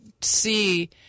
see